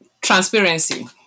transparency